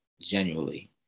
Genuinely